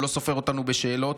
והוא לא סופר אותנו בשאלות